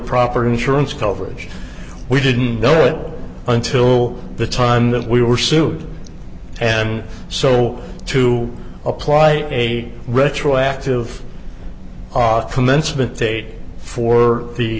proper insurance coverage we didn't know it until the time that we were sued and so to apply a retroactive commencement date for the